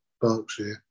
Berkshire